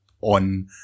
on